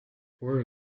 fue